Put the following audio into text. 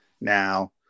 now